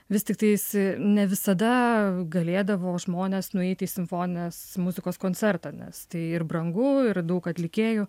vis tiktais i ne visada galėdavo žmonės nueiti į simfoninės muzikos koncertą nes tai ir brangu ir daug atlikėjų